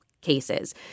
cases